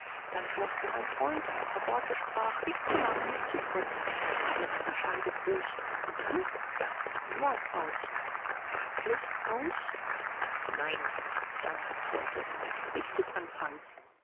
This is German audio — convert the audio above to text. dann vielleicht noch ein freund der ein paar worte sprach nicht zu lang nicht zu kurz ein letzter scheidegruß und dann ja dann war's aus wirklich aus nein dann sollte es erst richtig anfangen